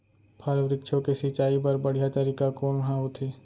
फल, वृक्षों के सिंचाई बर बढ़िया तरीका कोन ह होथे?